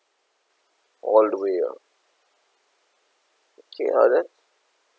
all the way ah okay ah then